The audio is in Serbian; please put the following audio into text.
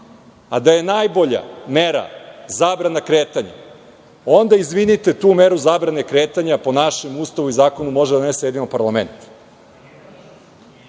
a da je najbolja mera zabrana kretanja, onda izvinite, tu meru zabrane kretanja po našem Ustavu i zakonu može da donese jedino parlament